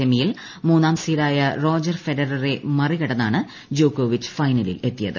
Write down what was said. സെമിയിൽ മൂന്നാം സീഡായ റോജർ ഫെഡററെ മറികടന്നാണ് ജോക്കോവിച്ച് ഫൈനലിൽ എത്തിയത്